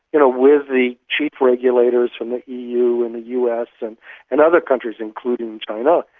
you know with the chief regulators from the eu and the us and and other countries, including china,